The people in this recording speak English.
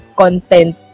content